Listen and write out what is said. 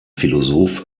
philosoph